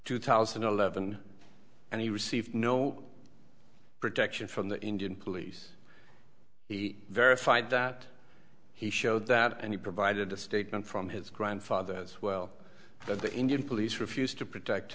two thousand and eleven and he received no protection from the indian police he verified that he showed that and he provided a statement from his grandfather as well but the indian police refused to protect